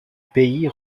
pays